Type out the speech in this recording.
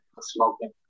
smoking